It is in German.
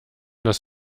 das